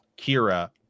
Kira